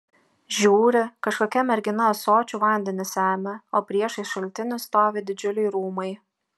žiūri kažkokia mergina ąsočiu vandenį semia o priešais šaltinį stovi didžiuliai rūmai